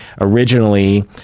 originally